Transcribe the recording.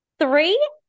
Three